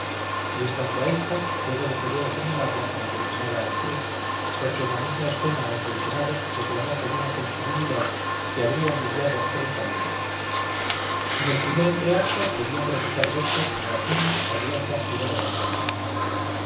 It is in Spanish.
y en cuanto a ésta debo desde luego señalarla como consumada actriz porque en la misma escena ante el senado declamó con una sensibilidad que habría envidiado rita luna en el primer entreacto debían recitar versos moratín arriaza y vargas ponce